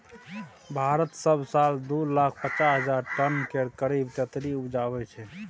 भारत सब साल दु लाख पचास हजार टन केर करीब तेतरि उपजाबै छै